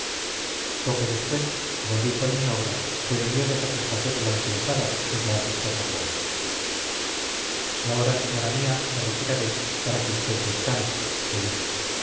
poco después volví con mi obra que debió de satisfacer a la interesada pues la aceptó con gozo ahora señora mía me retiraré para que usted descanse le dije